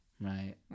Right